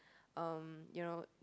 um you know